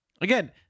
Again